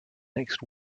next